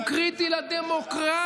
הוא קריטי לדמוקרטיה,